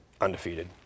Undefeated